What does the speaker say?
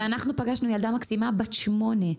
אנחנו פגשנו ילדה מקסימה בת 8,